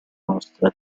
nostra